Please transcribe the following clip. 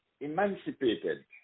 emancipated